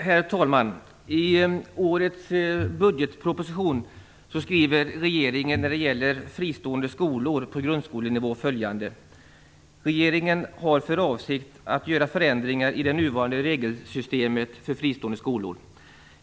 Herr talman! I årets budgetproposition skriver regeringen när det gäller fristående skolor på grundskolenivå följande: "Regeringen har för avsikt att göra förändringar i det nuvarande regelsystemet för fristående skolor.